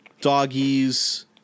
doggies